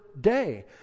day